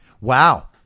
wow